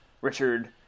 richard